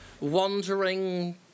wandering